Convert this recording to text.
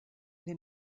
den